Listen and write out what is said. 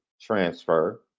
transfer